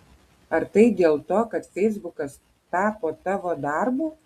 ar tai dėl to kad feisbukas tapo tavo darbu